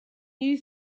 new